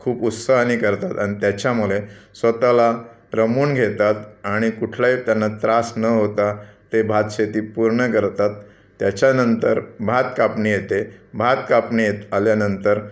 खूप उत्साहानी करतात आणि त्याच्यामुळे स्वत ला रमवून घेतात आणि कुठलाही त्याना त्रास न होता ते भात शेती पूर्ण करतात त्याच्यानंतर भात कापणी येते भात कापणी ये आल्यानंतर